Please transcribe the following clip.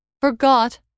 forgot